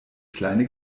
kleine